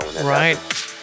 right